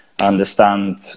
understand